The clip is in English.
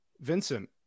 Vincent